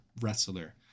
wrestler